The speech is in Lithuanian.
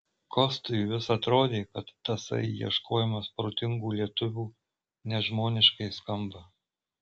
kostui vis atrodė kad tasai ieškojimas protingų lietuvių nežmoniškai skamba